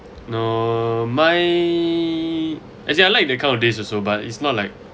no my actually I like the kind of days also but it's not like